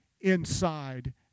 inside